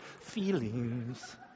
feelings